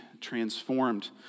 transformed